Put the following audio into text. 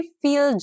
feel